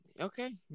Okay